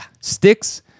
Sticks